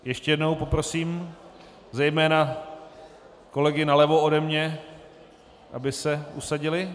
Ještě jednou poprosím zejména kolegy nalevo ode mne, aby se usadili.